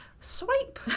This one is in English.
Swipe